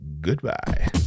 goodbye